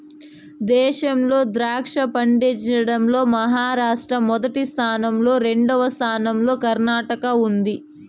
దేశంలో ద్రాక్ష పండించడం లో మహారాష్ట్ర మొదటి స్థానం లో, రెండవ స్థానం లో కర్ణాటక ఉంది